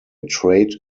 trade